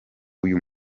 uyu